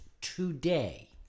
today